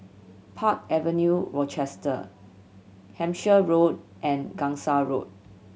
Park Avenue Rochester Hampshire Road and Gangsa Road